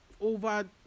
over